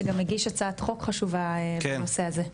שגם הגיש הצעת חוק חשובה בנושא הזה.